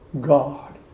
God